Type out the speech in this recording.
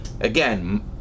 Again